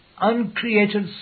uncreated